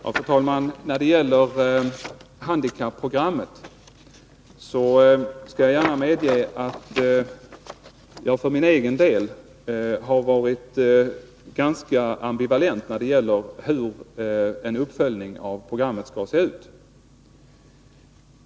Fru talman! Beträffande handikapprogrammet skall jag gärna medge att jag för min del har varit ganska ambivalent när det gäller hur en uppföljning av programmet skall se ut.